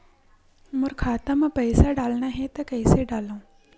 मोर खाता म पईसा डालना हे त कइसे डालव?